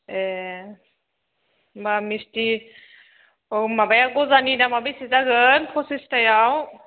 ए होनबा मिस्थिखौ माबाया गजानि दामा बेसे जागोन फसिसथायाव